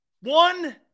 one